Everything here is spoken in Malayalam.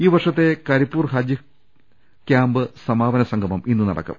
ഈ വർഷത്തെ കരിപ്പൂർ ഹജ്ജ് ക്യാമ്പ് സമാപന സംഗമം ഇന്ന് നടക്കും